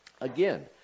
Again